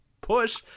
push